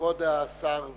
כבוד השר וילנאי,